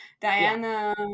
diana